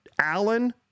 Allen